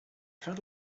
found